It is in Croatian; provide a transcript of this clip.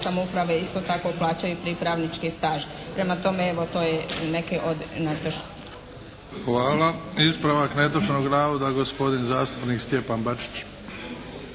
samouprave isto tako plaćaju pripravnički staž. Prema tome, evo to je neki od netočno. **Bebić, Luka (HDZ)** Hvala. Ispravak netočnog navoda, gospodin zastupnik Stjepan Bačić.